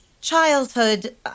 childhood